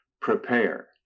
Prepare